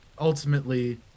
ultimately